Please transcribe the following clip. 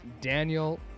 Daniel